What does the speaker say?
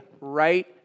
right